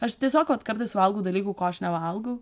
aš tiesiog kartais valgau dalykų ko aš nevalgau